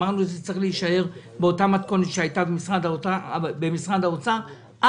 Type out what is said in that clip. אמרנו שזה צריך להישאר באותה מתכונת שהייתה במשרד האוצר,